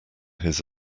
his